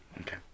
Okay